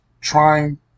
trying